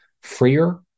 freer